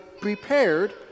prepared